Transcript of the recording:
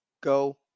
Go